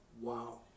Wow